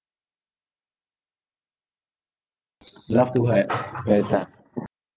laughed too hard ah